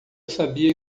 sabia